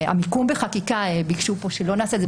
המיקום בחקיקה שביקשו פה שלא נעשה את זה